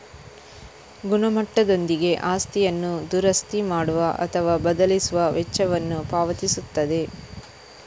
ಗುಣಮಟ್ಟದೊಂದಿಗೆ ಆಸ್ತಿಯನ್ನು ದುರಸ್ತಿ ಮಾಡುವ ಅಥವಾ ಬದಲಿಸುವ ವೆಚ್ಚವನ್ನು ಪಾವತಿಸುತ್ತದೆ